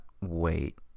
wait